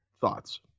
thoughts